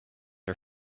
her